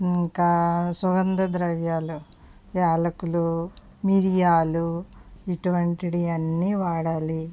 ఇంకా సుగంధద్రవ్యాలు యాలకులు మిరియాలు ఇటువంటివన్నీ వాడాలి